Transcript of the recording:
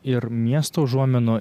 ir miesto užuominų